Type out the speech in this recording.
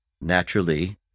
naturally